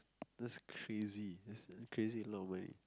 that's crazy that's crazy a lot of money